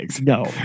No